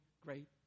great